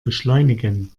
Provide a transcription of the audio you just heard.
beschleunigen